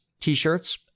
t-shirts